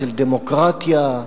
של דמוקרטיה,